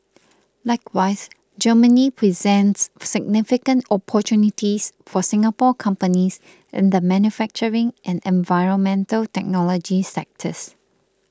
likewise Germany presents significant opportunities for Singapore companies in the manufacturing and environmental technology sectors